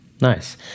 nice